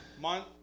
Month